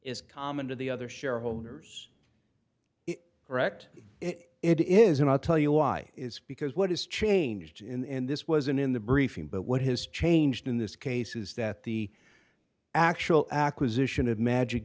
is common to the other shareholders correct it is and i'll tell you why is because what has changed in this wasn't in the briefing but what has changed in this case is that the actual acquisition of magic